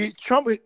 Trump